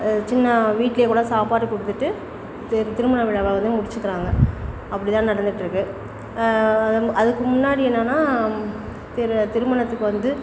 சின்ன வீட்டிலையே கூட சாப்பாடு கொடுத்துட்டு திரு திருமண விழாவை வந்து முடிச்சு தராங்க அப்படி தான் நடந்துகிட்ருக்கு அதுக்கு முன்னாடி என்னன்னா திரு திருமணத்துக்கு வந்து